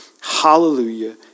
Hallelujah